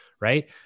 right